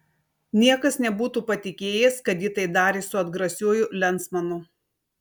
niekas nebūtų patikėjęs kad ji tai darė su atgrasiuoju lensmanu